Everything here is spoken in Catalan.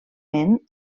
amb